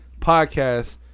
podcast